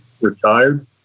retired